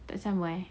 sehaluan eh